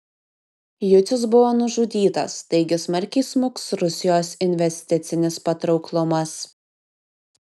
jucius buvo nužudytas taigi smarkiai smuks rusijos investicinis patrauklumas